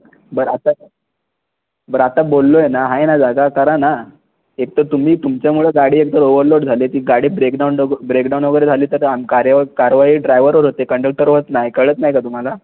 बरं आता बरं आता बोललो आहे ना आहे ना जागा करा ना एक तर तुम्ही तुमच्यामुळं गाडी एक तर ओवरलोड झाली आहे ती गाडी ब्रेकडाउन नको ब्रेकडाउन वगैरे झाली तर आम कार्य कारवाई ड्रायवरवर होते कंडक्टरवर नाही कळत नाही का तुम्हाला